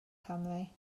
cymru